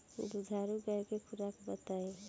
दुधारू गाय के खुराक बताई?